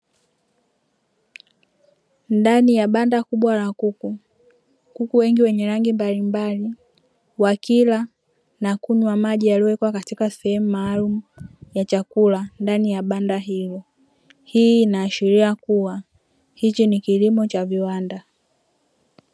Ndani ya banda kubwa la kuku, kuku wengi wenye rangi mbalimbali wakila na kunywa maji yaliyo wekwa katika sehemu maalum ya chakula ndani ya banda hilo. Hii inaashiria kuwa hichi ni kilimo cha viwanda.